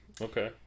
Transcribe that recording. okay